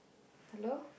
hello